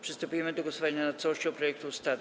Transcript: Przystępujemy do głosowania nad całością projektu ustawy.